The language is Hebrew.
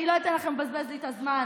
אני לא אתן לכם לבזבז לי את הזמן.